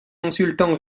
insultant